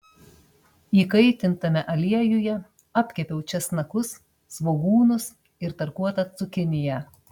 įkaitintame aliejuje apkepiau česnakus svogūnus ir tarkuotą cukiniją